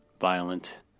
violent